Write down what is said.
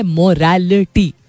morality